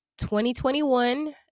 2021